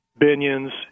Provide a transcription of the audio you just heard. Binion's